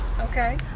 Okay